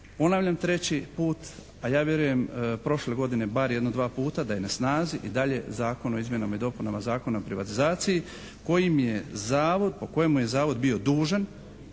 ponavljam treći put a ja vjerujem prošle godine bar jedno dva puta da je na snazi i dalje Zakon o izmjenama i dopunama Zakona o privatizaciji po kojem je zavod bio dužan